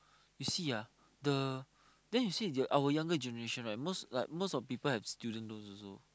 you see ah the then you see the our younger generation right most like most of people have students loans also